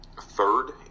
third